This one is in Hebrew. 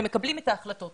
ומקבלים את ההחלטות.